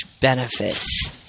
benefits